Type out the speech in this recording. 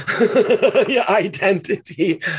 identity